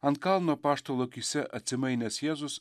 ant kalno pašto lokise atsimainęs jėzus